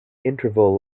interval